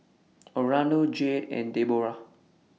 Orlando Jade and Deborah